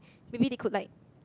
maybe they could like